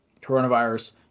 coronavirus